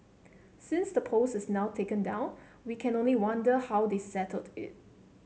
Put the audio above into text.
since the post is now taken down we can only wonder how they settled it